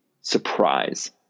surprise